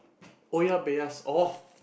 oya-beh-ya-s~ orh